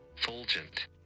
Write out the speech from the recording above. Fulgent